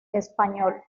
español